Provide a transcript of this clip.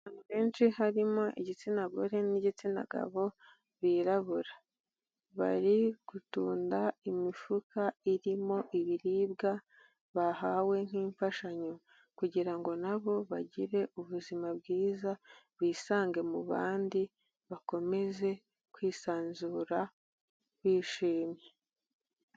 Abantu benshi harimo igitsina gore n'igitsina gabo birabura, bari gutunda imifuka irimo ibiribwa bahawe nk'imfashanyo, kugira ngo nabo bagire ubuzima bwiza bisange mu bandi bakomeze kwisanzura bishimye.